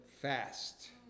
fast